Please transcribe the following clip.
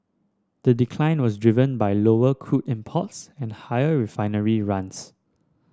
the decline was driven by lower crude imports and higher refinery runs